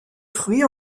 fruits